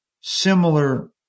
similar